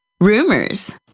rumors